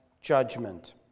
judgment